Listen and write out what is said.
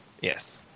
Yes